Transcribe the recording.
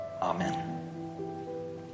Amen